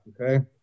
Okay